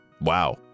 Wow